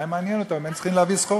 מה זה מעניין אותם, הם צריכים להביא סחורה.